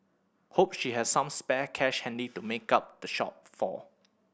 hope she has some spare cash handy to make up the shortfall